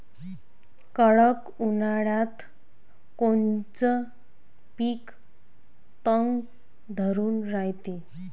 कडक उन्हाळ्यात कोनचं पिकं तग धरून रायते?